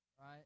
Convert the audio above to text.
Right